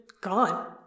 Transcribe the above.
gone